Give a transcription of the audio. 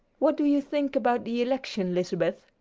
what do you think about the election, lizabeth?